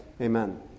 Amen